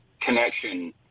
Connection